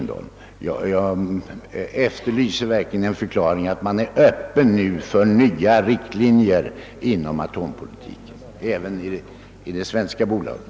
Jag efterlyser en uttrycklig förklaring att man är öppen för nya riktlinjer inom atompolitiken även i det svenska bolaget.